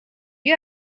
you